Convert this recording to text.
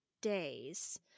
days